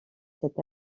cette